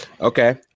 Okay